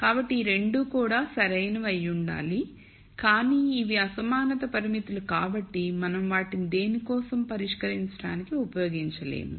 కాబట్టి ఈ 2 కూడా సరైనవి అయ్యి ఉండాలి కానీ ఇవి అసమానత పరిమితులు కాబట్టి మనం వాటిని దేని కోసం పరిష్కరించడానికి ఉపయోగించలేము